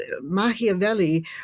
Machiavelli